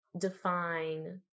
define